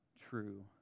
true